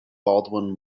baldwin